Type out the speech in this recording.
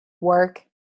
work